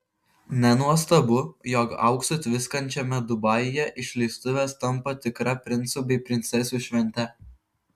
nenuostabu jog auksu tviskančiame dubajuje išleistuvės tampa tikra princų bei princesių švente